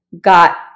got